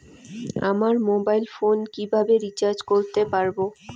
আমার mobile phone কিভাবে recharge করতে পারব?